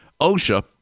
OSHA